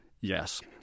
yes